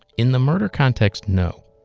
in the murder context, no.